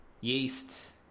yeast